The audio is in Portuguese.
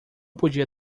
podia